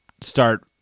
start